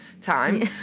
time